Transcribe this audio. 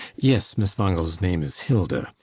yes, miss wangel's name is hilda.